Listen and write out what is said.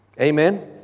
Amen